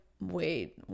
Wait